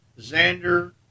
Xander